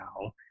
now